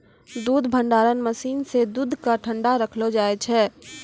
दूध भंडारण मसीन सें दूध क ठंडा रखलो जाय छै